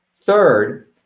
Third